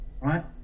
Right